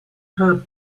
her